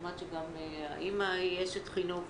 הבנתי שגם האמא אשת חינוך.